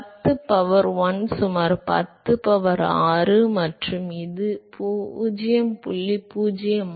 10 power 1 சுமார் 10 power 6 மற்றும் இது 0